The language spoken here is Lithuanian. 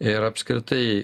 ir apskritai